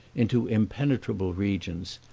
into impenetrable regions,